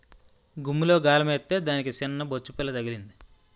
గుమ్మిలో గాలమేత్తే దానికి సిన్నబొచ్చుపిల్ల తగిలింది